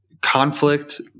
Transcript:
conflict